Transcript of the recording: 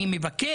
אני יכול להגיד: